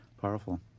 powerful